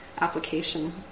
application